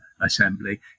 assembly